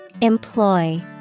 Employ